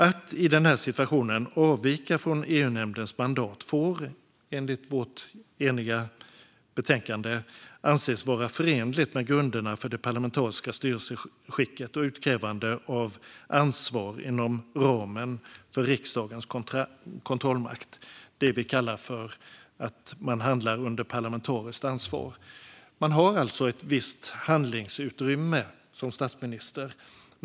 Att i denna situation avvika från EU-nämndens mandat får enligt vårt eniga betänkande anses vara förenligt med grunderna för det parlamentariska styrelseskicket och utkrävandet av ansvar inom ramen för riksdagens kontrollmakt, det som vi kallar för att man handlar under parlamentariskt ansvar. Man har alltså ett visst handlingsutrymme som statsminister.